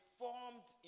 formed